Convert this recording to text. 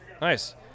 Nice